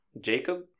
Jacob